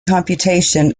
computation